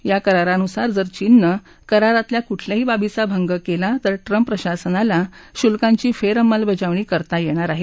या करारानुसार जर चीननं करारातल्या कुठल्याही बाबीचा भंग केला तर ट्रम्प प्रशासनाला शुल्कांची फेरअंमलबजावणी करता येणार आहे